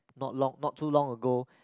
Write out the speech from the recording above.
not long not too long ago